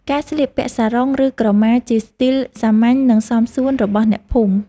ការស្លៀកពាក់សារុង ឬក្រមា ជាស្ទីលសាមញ្ញ និងសមសួនរបស់អ្នកភូមិ។